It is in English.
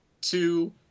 two